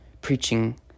preaching